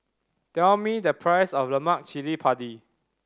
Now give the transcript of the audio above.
tell me the price of lemak cili padi